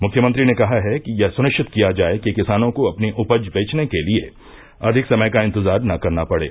मुख्यमंत्री ने कहा है कि यह सुनिश्चित किया जाये कि किसानों को अपनी उपज बेचने के लिये अधिक समय का इंतजार न करना पड़े